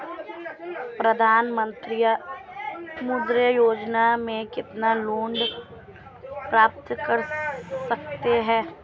प्रधानमंत्री मुद्रा योजना में कितना लोंन प्राप्त कर सकते हैं?